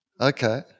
Okay